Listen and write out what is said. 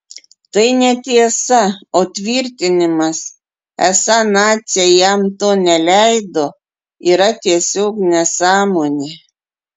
tai netiesa o tvirtinimas esą naciai jam to neleido yra tiesiog nesąmonė